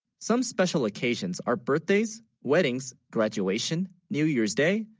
some special occasions our birthdays weddings graduation, new year's, day,